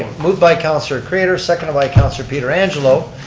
moved by councilor craitor seconded by councilor pietrangelo.